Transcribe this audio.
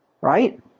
right